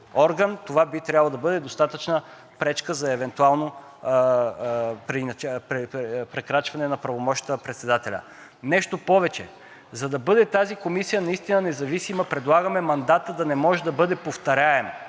това би трябвало да бъде достатъчна пречка за евентуално прекрачване на правомощията на председателя. Нещо повече, за да бъде тази комисия наистина независима, предлагаме мандатът да не може да бъде повторяем.